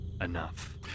enough